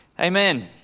Amen